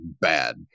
bad